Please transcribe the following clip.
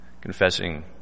confessing